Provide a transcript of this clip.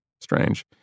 strange